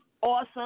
awesome